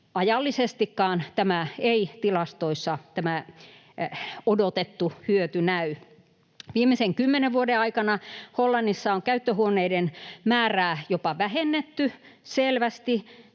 ajallisestikaan tämä odotettu hyöty ei tilastoissa näy. Viimeisen kymmenen vuoden aikana Hollannissa on käyttöhuoneiden määrää jopa vähennetty selvästi,